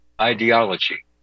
ideology